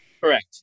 Correct